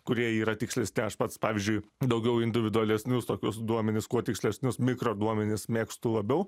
kurie yra tikslesni aš pats pavyzdžiui daugiau individualesnius tokius duomenis kuo tikslesnius mikro duomenis mėgstu labiau